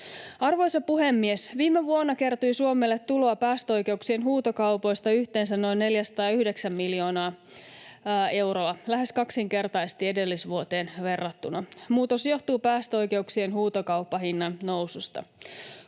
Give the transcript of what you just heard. Arvoisa puhemies! Viime vuonna kertyi Suomelle tuloa päästöoikeuksien huutokaupoista yhteensä noin 409 miljoonaa euroa, lähes kaksinkertaisesti edellisvuoteen verrattuna. Muutos johtuu päästöoikeuksien huutokauppahinnan noususta.